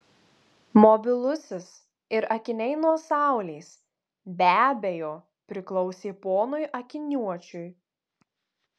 mobilusis ir akiniai nuo saulės be abejo priklausė ponui akiniuočiui